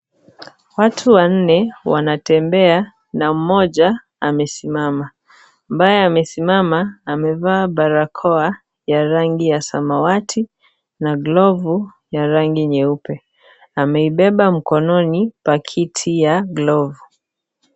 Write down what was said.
Watu wanne wanatembea na mmoja amesimama. Ambaye amesimama amevaa barakoa ya rangi ya samawati na glavu ya rangi nyeupe; ameibeba mkononi pakiti ya glavu.